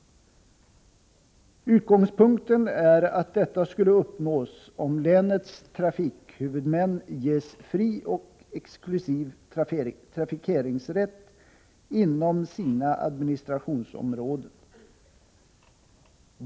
Utgångspunkten är att detta skulle uppnås om länets trafikhuvudmän ges fri och exklusiv trafikeringsrätt inom sina administrationsområden.